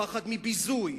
הפחד מביזוי,